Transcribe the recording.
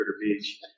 Beach